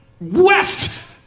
west